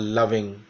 loving